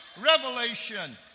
revelation